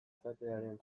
izatearen